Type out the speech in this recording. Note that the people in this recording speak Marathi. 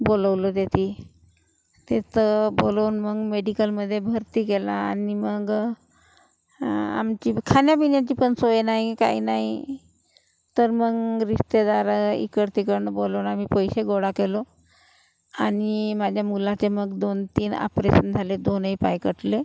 बोलवलं तेथी तिथं बोलवून मग मेडिकलमध्ये भरती केला आणि मग आमची खाण्यापिण्याची पण सोय नाही काय नाही तर मग रिश्तेदारं इकड तिकडनं बोलवून आम्ही पैसे गोळा केले आणि माझ्या मुलाचे मग दोन तीन आपरेशन झाले दोन्ही पाय कटले